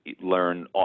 learn